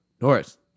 Norris